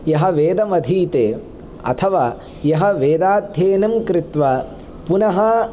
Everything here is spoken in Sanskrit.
यः वेदमधीते अथवा यः वेदाध्ययनं कृत्वा पुनः